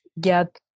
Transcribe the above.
get